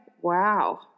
Wow